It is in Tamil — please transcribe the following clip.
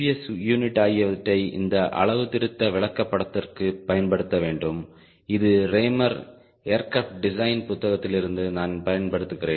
எஸ் யூனிட் ஆகியவற்றை இந்த அளவுத்திருத்த விளக்கப்படத்திற்கு பயன்படுத்த வேண்டும் இது ரேமரின் ஏர்கிராப்ட் டிசைன் புத்தகதிலிருந்து நான் பயன்படுத்துகிறேன்